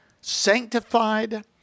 sanctified